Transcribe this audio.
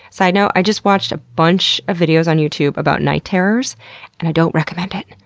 so you know i just watched a bunch of videos on youtube about night terrors and i don't recommend it.